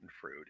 fruit